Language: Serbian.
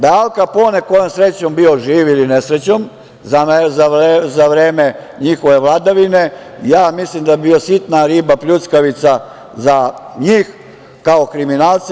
Da je Al Kapone kojom srećom bio živ ili nesrećom za vreme njihove vladavine, mislim da bi bio sitna riba pljuckavica za njih kao kriminalce.